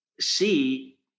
see